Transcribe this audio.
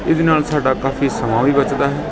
ਇਹਦੇ ਨਾਲ ਤੁਹਾਡਾ ਕਾਫ਼ੀ ਸਮਾਂ ਵੀ ਬਚਦਾ ਹੈ